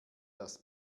das